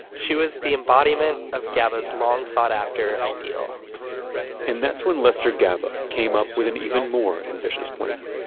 she was the embodiment of gaba's long sought after ideal and that's when lester gaba came up with an even more ambitious plan.